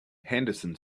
henderson